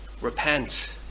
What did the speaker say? repent